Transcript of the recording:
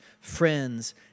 friends